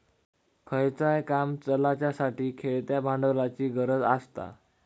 खयचाय काम चलाच्यासाठी खेळत्या भांडवलाची गरज आसता